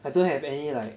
I don't have any like